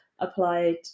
applied